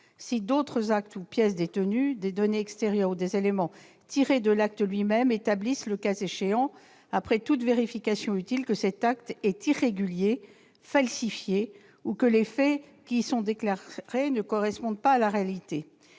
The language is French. si d'autres actes ou pièces détenus, des données extérieures ou des éléments tirés de l'acte lui-même établissent, le cas échéant après toutes vérifications utiles, que cet acte est irrégulier, falsifié ou que les faits qui y sont déclarés ne correspondent pas à la réalité.